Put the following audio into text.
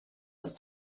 ist